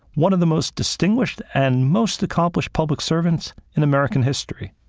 one of the most distinguished and most accomplished public servants in american history.